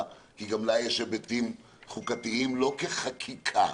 כי גם לה יש היבטים חוקתיים לא כחקיקה,